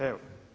Evo.